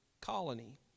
colony